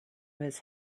his